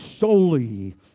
solely